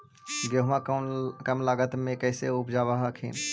गेहुमा कम लागत मे कैसे उपजाब हखिन?